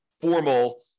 formal